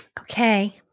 Okay